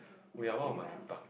oh ya one of my buck~